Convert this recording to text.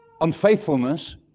unfaithfulness